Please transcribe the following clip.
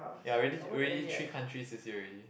ya already already three countries this year already